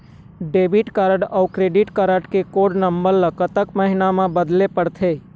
Debit card अऊ credit card के code number ला कतक महीना मा बदले पड़थे?